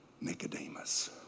Nicodemus